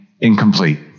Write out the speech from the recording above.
incomplete